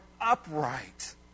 upright